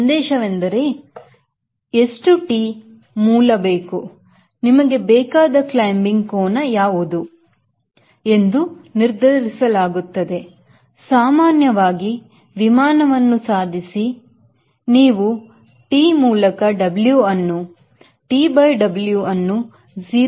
ಸಂದೇಶ ನಿಮಗೆ ಎಷ್ಟುT ಮೂಲ ಬೇಕು ನಿಮಗೆ ಬೇಕಾದ ಕ್ಲೈಂಬಿಂಗ್ ಕೋನ ಯಾವುದು ಎಂದು ನಿರ್ಧರಿಸಲಾಗುತ್ತದೆ ಸಾಮಾನ್ಯ ಸಾಮಾನ್ಯವಾಗಿ ವಿಮಾನವನ್ನು ಸಾಧಿಸಿ ನೀವು T ಮೂಲಕ W ಅನ್ನು 0